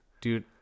Dude